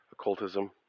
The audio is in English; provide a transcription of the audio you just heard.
occultism